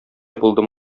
булдым